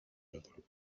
которой